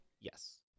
Yes